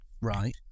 Right